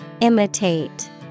Imitate